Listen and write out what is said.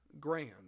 grand